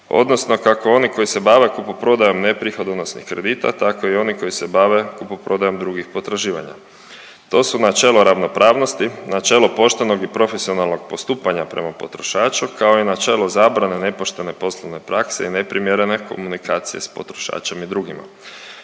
odnosno kako oni koji se bave kupoprodajom neprihodonosnih kredita, tako i oni koji se bave kupoprodajom drugih potraživanja. To su načelo ravnopravnosti, načelo poštenog i profesionalnog postupanja prema potrošaču, kao i načelo zabrane nepoštene poslovne prakse i neprimjerene komunikacije s potrošačem i drugima.